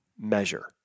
measure